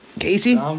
Casey